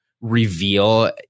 reveal